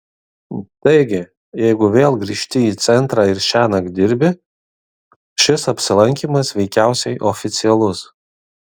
taigi jeigu vėl grįžti į centrą ir šiąnakt dirbi šis apsilankymas veikiausiai oficialus